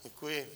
Děkuji.